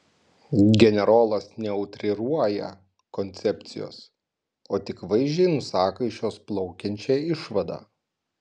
generolas neutriruoja koncepcijos o tik vaizdžiai nusako iš jos plaukiančią išvadą